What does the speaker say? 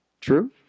True